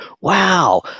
Wow